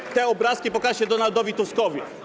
I te obrazki pokażcie Donaldowi Tuskowi.